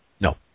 No